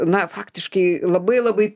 na faktiškai labai labai